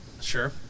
Sure